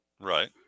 right